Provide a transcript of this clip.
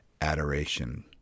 adoration